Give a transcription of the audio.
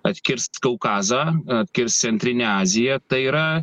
atkirst kaukazą atkirst centrinę aziją tai yra